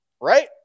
right